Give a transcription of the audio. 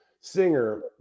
singer